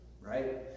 right